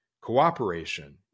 Cooperation